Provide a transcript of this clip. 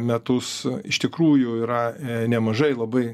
metus iš tikrųjų yra nemažai labai